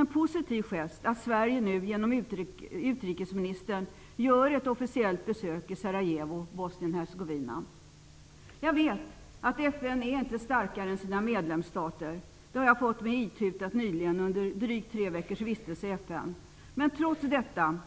Det är bra att Sverige nu genom utrikesministern gör ett officiellt besök i Sarajevo i Bosnien-Hercegovina. Det ses förmodligen som en positiv gest. Jag vet att FN inte är starkare än sina medlemsstater. Det har jag fått mig itutat nyligen under drygt tre veckors vistelse i FN. Trots detta